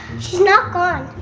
she's not gone.